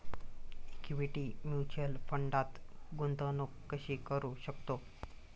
Equity mutual फंडात गुंतवणूक कशी करू शकतो?